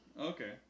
okay